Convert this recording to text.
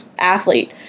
athlete